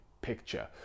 picture